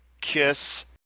kiss